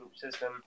system